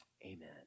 Amen